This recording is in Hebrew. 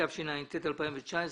התשע"ט-2019,